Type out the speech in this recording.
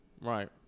Right